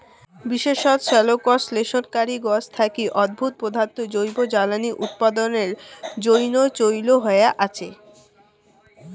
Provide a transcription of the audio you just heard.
বিশেষত সালোকসংশ্লেষণকারী গছ থাকি উদ্ভুত পদার্থ জৈব জ্বালানী উৎপাদনের জইন্যে চইল হয়া আচে